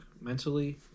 mentally